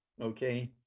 okay